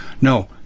No